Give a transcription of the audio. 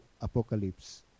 Apocalypse